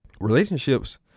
relationships